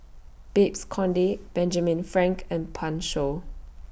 Babes Conde Benjamin Frank and Pan Shou